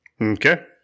Okay